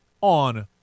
on